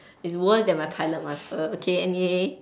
it's worst than my pilot master okay anyway